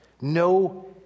No